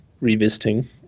revisiting